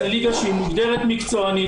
זו ליגה שהיא מוגדרת מקצוענית,